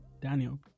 Daniel